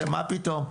מה פתאום.